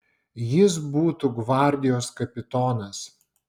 jis būtų gvardijos kapitonas